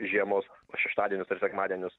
žiemos šeštadienius ar sekmadienius